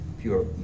pure